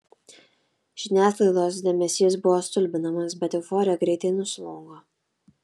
žiniasklaidos dėmesys buvo stulbinamas bet euforija greitai nuslūgo